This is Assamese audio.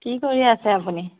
কি কৰি আছে আপুনি